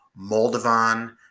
Moldovan